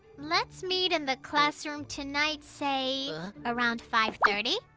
let's meet in the classroom tonight. say. around five thirty?